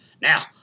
Now